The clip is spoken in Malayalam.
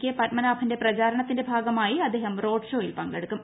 കെ പദ്മനാഭന്റെ പ്രചരണത്തിന്റെ ഭാഗമായി അദ്ദേഹം റോഡ് ഷോയിൽ പങ്കെടുക്കും